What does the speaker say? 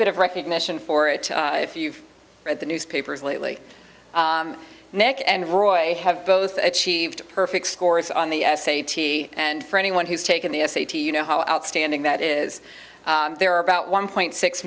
bit of recognition for it if you've read the newspapers lately nick and roy have both achieved perfect scores on the s a t and for anyone who's taken the s a t you know how outstanding that is there are about one point six